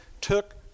took